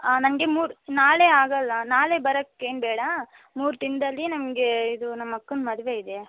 ಹಾಂ ನನಗೆ ಮೂರು ನಾಳೆ ಆಗಲ್ಲ ನಾಳೆ ಬರಕ್ಕೇನು ಬೇಡ ಮೂರು ದಿನದಲ್ಲಿ ನಮಗೆ ಇದು ನಮ್ಮಕ್ಕನ ಮದುವೆ ಇದೆ